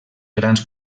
grans